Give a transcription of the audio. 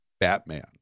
Batman